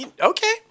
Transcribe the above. okay